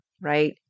right